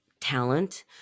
talent